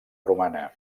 romana